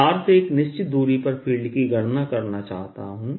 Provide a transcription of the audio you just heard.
मैं तार से एक निश्चित दूरी पर फील्ड की गणना करना चाहता है